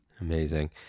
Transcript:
amazing